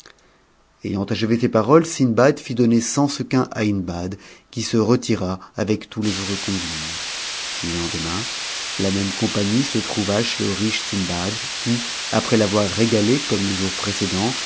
ayant achevé ces paroles sindbad fit donner cent sequins à hindbad qui se retira avec tous les autres convives le lendemain la même compagnie se trouva chez le riche sindbad qui après l'avoir régatëe comme les jours précédents